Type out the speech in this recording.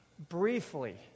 briefly